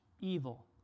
evil